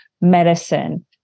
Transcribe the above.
medicine